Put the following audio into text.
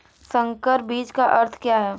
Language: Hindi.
संकर बीज का अर्थ क्या है?